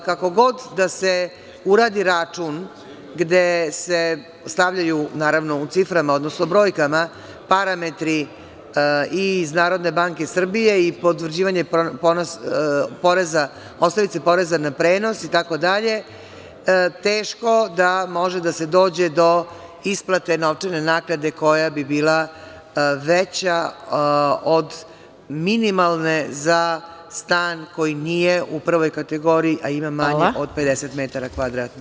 Kako god da se uradi račun, gde se stavljaju u ciframa, odnosno brojkama, parametri i iz NBS i potvrđivanje osnovice poreza na prenos itd, teško da može da se dođe do isplate novčane naknade koja bi bila veća od minimalne za stan koji nije u prvoj kategoriji, a ima manje od 50 metara kvadratnih.